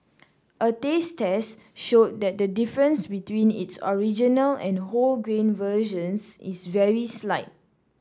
a taste test showed that the difference between its original and wholegrain versions is very slight